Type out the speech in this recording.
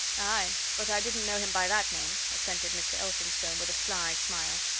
aye but i didn't know him by that name! assented mr. elphinstone, with a sly smile.